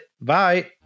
Bye